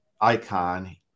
icon